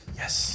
yes